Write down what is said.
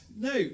No